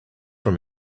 from